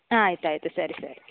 ಹಾಂ ಆಯ್ತು ಆಯಿತು ಸರಿ ಸರಿ